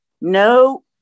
no